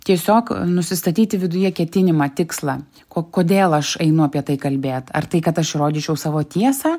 tiesiog nusistatyti viduje ketinimą tikslą ko kodėl aš einu apie tai kalbėt ar tai kad aš įrodyčiau savo tiesą